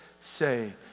say